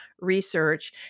research